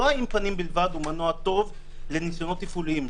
לא האם פנים בלבד הוא מנוע טוב לניסיונות תפעוליים.